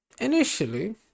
Initially